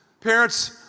Parents